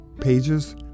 pages